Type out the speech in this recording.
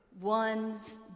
One's